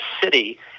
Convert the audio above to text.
city